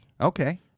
Okay